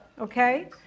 okay